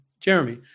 Jeremy